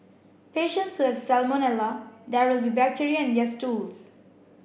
patients who have salmonella there will be bacteria in yet stools